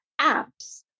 apps